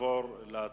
נעבור ישר להצבעה.